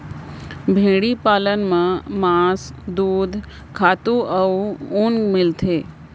भेड़ी पालन म मांस, दूद, खातू अउ ऊन मिलथे